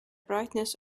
brightness